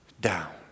down